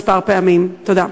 תודה.